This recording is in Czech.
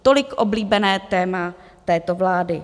Tolik oblíbené téma této vlády.